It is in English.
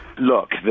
Look